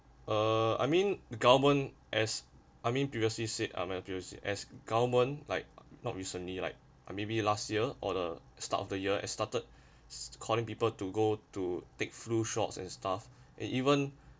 uh I mean the government as I mean previously said I mean previously said as government like not recently like uh maybe last year or the start of the year and started calling people to go to take flu shots and stuff and even